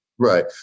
Right